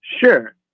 Sure